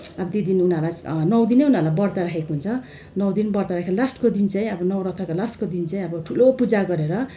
अब त्यो दिन उनीहरूलाई नौ दिन उनीहरूले व्रत राखेको हुन्छ नौ दिन व्रत राखेर लास्टको दिन चाहिँ अब नौरथाको लास्टको दिन चाहिँ अब ठुलो पूजा गरेर